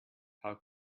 how